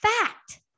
fact